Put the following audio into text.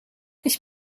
ich